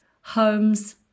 homes